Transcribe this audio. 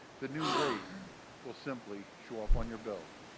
the new rate will simply show up on your bill.